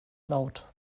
laut